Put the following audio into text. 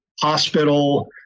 hospital